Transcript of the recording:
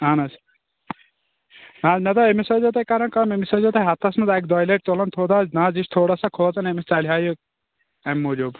اَہن حظ نہٕ حظ مےٚ دوٚپ أمِس أسۍزیٚو تُہۍ کران کأم أمِس أسۍزیٚو تُہۍ ہَفتس منٛز اَکہِ دۄیہِ لٹہِ تُلان تھوٚد حظ نہٕ حظ یہِ چھُ تھوڑا سا کھوژُن أمِس ژَلہِ ہا یہِ اَمہِ موجوٗب